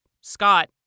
Scott